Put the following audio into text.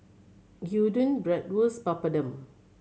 Gyudon Bratwurst Papadum